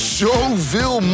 zoveel